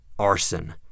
arson